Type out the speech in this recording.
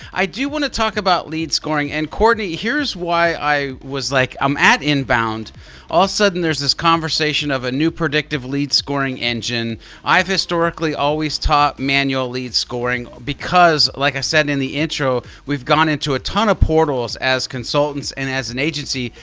i do want to talk about lead scoring and courtney here's why i was like, i'm at inbound all sudden. there's this conversation of a new predictive lead scoring engine i've historically always taught manual lead scoring because like i said in the intro we've gone into a ton of portals as consultants and as an agency,